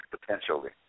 potentially